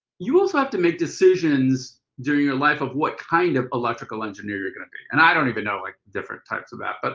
you also have to make decisions during your life of what kind of electrical engineer you're going to be. and i don't even know like different types of that. but